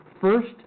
first